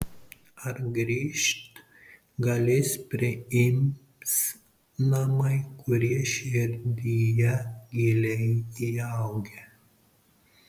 ar grįžt galės priims namai kurie širdyje giliai įaugę